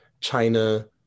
China